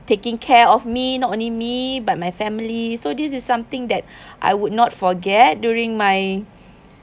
taking care of me not only me but my family so this is something that I would not forget during my